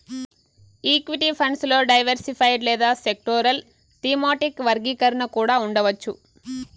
equity funds లో diversified లేదా sectoral, thematic వర్గీకరణ కూడా ఉండవచ్చు